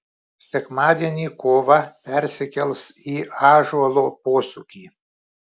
sekmadienį kova persikels į ąžuolo posūkį